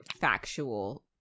factual